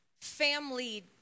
family